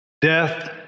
death